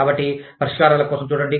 కాబట్టి పరిష్కారాల కోసం చూడండి